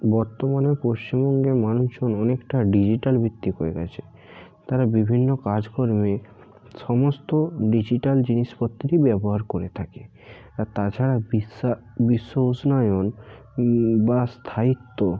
বর্তমানে পশ্চিমবঙ্গের মানুষজন অনেকটা ডিজিটালভিত্তিক হয়ে গেছে তারা বিভিন্ন কাজকর্মে সমস্ত ডিজিটাল জিনিসপত্রেরই ব্যবহার করে থাকে আর তাছাড়া বিশ্বা বিশ্ব উষ্ণায়ন বা স্থায়িত্ব